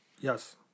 Yes